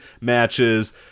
matches